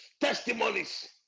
testimonies